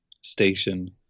station